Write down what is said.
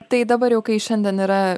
tai dabar jau kai šiandien yra